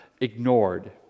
ignored